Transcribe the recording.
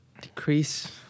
decrease